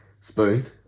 Spoons